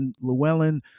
Llewellyn